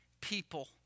people